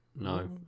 No